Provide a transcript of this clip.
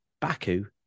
Baku